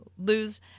lose